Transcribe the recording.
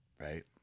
right